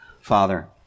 Father